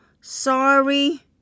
sorry